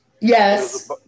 yes